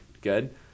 good